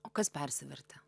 o kas persivertė